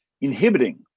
inhibiting